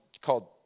called